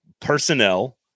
personnel